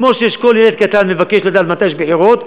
כמו שכל ילד קטן מבקש לדעת מתי הבחירות,